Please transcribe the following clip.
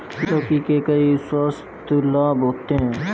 लौकी के कई स्वास्थ्य लाभ होते हैं